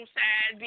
sad